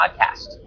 podcast